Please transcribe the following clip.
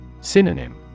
Synonym